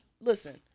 Listen